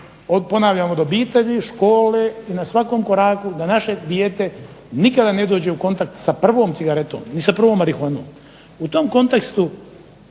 ponavljam, od obitelji, škole i na svakom koraku da naše dijete nikada ne dođe u kontakt sa prvom cigaretom ni sa prvom marihuanom. U tom kontekstu